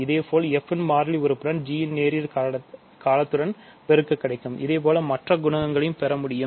இதேபோல்f இன் மாறிலி உறுப்புடன் g நேரியல் காலத்துடன் பெருக்க கிடைக்கும் இதுபோல மற்ற குணகங்களையும் பெறமுடியும்